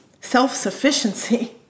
self-sufficiency